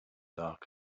dark